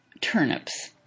turnips